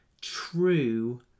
true